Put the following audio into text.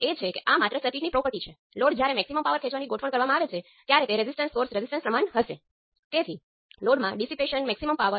તેથી આમાં રેઝિસ્ટન્સના પેરામિટર છે જે ડાઈમેન્સનલેસ છે આ છે દેખીતી રીતે ડાઈમેન્સન ની સુસંગતતા માટે છે